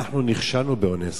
שאנחנו נכשלנו באונסק"ו,